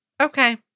Okay